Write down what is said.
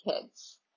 kids